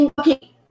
Okay